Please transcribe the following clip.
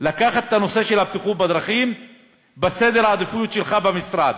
לקחת את הנושא של הבטיחות בדרכים לסדר העדיפויות שלך במשרד.